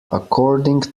according